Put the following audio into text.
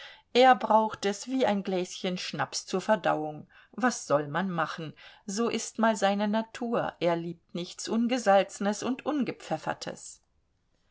er braucht es wie ein gläschen schnaps zur verdauung was soll man machen so ist mal seine natur er liebt nichts ungesalzenes und ungepfeffertes